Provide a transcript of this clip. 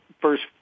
first